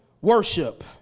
worship